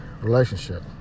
relationship